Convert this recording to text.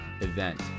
event